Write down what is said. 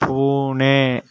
Pune